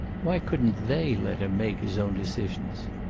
why couldn't they let him make his own decisions?